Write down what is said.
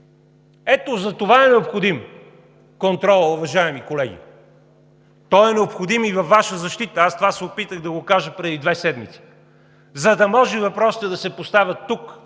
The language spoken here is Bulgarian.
Ето затова е необходим контролът, уважаеми колеги! Той е необходим и във Ваша защита – това се опитах да кажа преди две седмици, за да може въпросите да се поставят тук